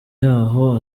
yaho